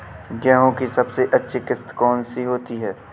गेहूँ की सबसे अच्छी किश्त कौन सी होती है?